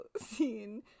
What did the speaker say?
scene